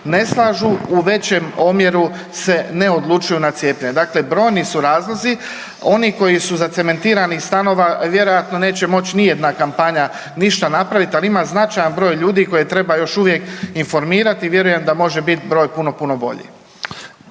ne slažu u većem omjeru se ne odlučuju na cijepljenje. Dakle, brojni su razlozi. Oni koji su zacementirani stavova vjerojatno neće moć nijedna kampanja ništa napravit, al ima značajan broj ljudi koje treba još uvijek informirati i vjerujem da može bit broj puno, puno bolji.